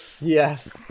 Yes